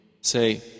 Say